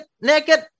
naked